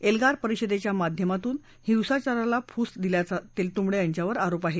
एल्गार परिषदेच्या माध्यमापासून हिंसाचाराला फूस दिल्याचा तेलतुंबडे यांच्यावर आरोप आहे